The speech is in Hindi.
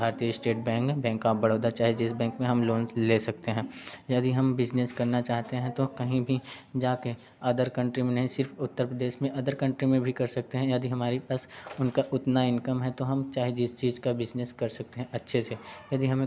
भारतीय state bank bank of Baroda चाहे जिस बैंक में हम लोन ले सकते हैं यदि हम बिजनेस करना चाहते हैं तो कहीं भी जाके अदर कंट्री में नही सिर्फ उत्तर प्रदेश में अदर कंट्री में भी कर सकते हैं यदि हमारे पास उनका उतना इनकम है तो हम चाहे जिस चीज का बिजनेस कर सकते हैं अच्छे से यदि हमें